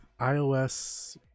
iOS